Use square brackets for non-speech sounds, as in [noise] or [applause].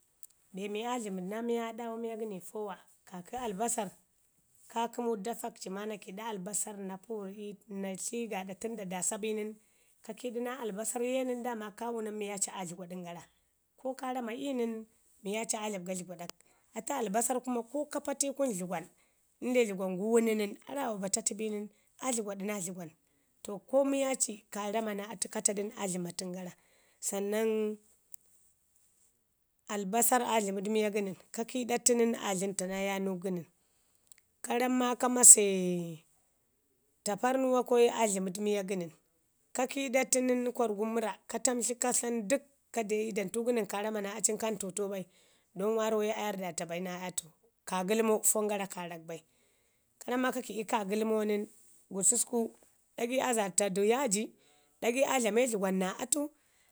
Be mi aa dləməɗ naa miya aa ɗaawa miya gənəni fawa kakə albasar. Ka kəmu dafak ci ma na kiiɗi albasau na purri [unintelligible] gaaɗa tən da nda sa bi nən, ka kiidu naa albasara ye nən dama ka wunan miyo ci aa dləgwaɗən gara, ko kaa rama ii nən miyo ci aa dlaɓa ga dləgwaɗak. Atu albasarr kuma ko ka pa tu ii kunu dlugwan, inde dlugwan gu wuni nən, arawa bata tu bi nən aa dləgwaɗu naa dləgwan. To ko miyo ci ka rama naa atu a ka ta dən aadləmatən gara. sannan albasari aa dləməɗ miyo gənən. ka kiiɗa tu nən aa dləməɗ naa yaanu gənən. ka ramu ma ka mase taparr nuwa [unintelligible] aa dləməɗ miya gənən. ka kiiɗa tu nən karrgun murra, ka tamtlu ka san dək ka deu damtu gənən ka rama naa aci nən ka ntuutau bai don waarrau ye aa yarrdata bai naa atu, kaagəlmo fon garra bai, ka ramu ma ka ki'i kaagəlmo nən gususku ɗagai aa zaata du yaaji ɗagai aa dlame dlugwan naa atu